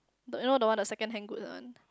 do you know the second hand good one